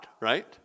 right